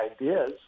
ideas